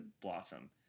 blossom